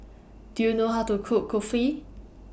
Do YOU know How to Cook Kulfi